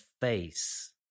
face